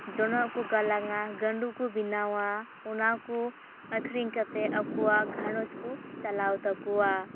ᱡᱚᱱᱚᱜ ᱠᱚ ᱜᱟᱞᱟᱝᱼᱟ ᱜᱟᱸᱰᱳ ᱠᱚ ᱵᱮᱱᱟᱣᱟ ᱚᱱᱟ ᱠᱚ ᱟᱹᱠᱷᱨᱤᱧ ᱠᱟᱛᱮ ᱟᱠᱚᱣᱟᱜ ᱜᱷᱟᱨᱚᱸᱡᱽ ᱠᱚ ᱪᱟᱞᱟᱣ ᱛᱟᱠᱚᱣᱟ